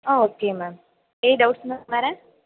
ஆ okay ma'am any doubts ma'am வேறு